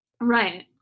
Right